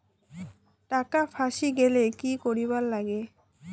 টাকা ফাঁসি গেলে কি করিবার লাগে?